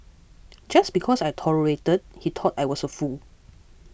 just because I tolerated he thought I was a fool